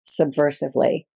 subversively